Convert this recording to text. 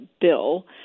bill